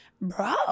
bro